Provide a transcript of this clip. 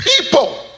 people